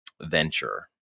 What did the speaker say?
venture